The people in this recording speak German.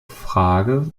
frage